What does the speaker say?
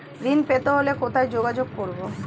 ঋণ পেতে হলে কোথায় যোগাযোগ করব?